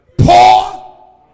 poor